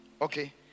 okay